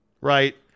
right